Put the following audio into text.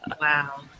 Wow